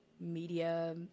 media